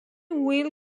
wheel